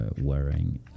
wearing